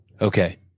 Okay